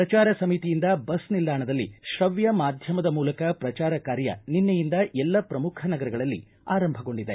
ಪ್ರಚಾರ ಸಮಿತಿಯಿಂದ ಬಸ್ ನಿಲ್ಲಾಣದಲ್ಲಿ ತ್ರವ್ಯ ಮಾಧ್ಯಮದ ಮೂಲಕ ಪ್ರಚಾರ ಕಾರ್ಯ ನಿನ್ನೆಯಿಂದ ಎಲ್ಲ ಪ್ರಮುಖ ನಗರಗಳಲ್ಲಿ ಆರಂಭಗೊಂಡಿದೆ